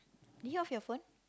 did you off your phone